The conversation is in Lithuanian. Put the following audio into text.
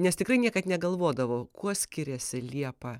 nes tikrai niekad negalvodavau kuo skiriasi liepa